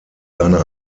seiner